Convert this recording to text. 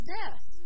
death